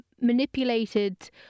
manipulated